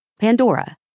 Pandora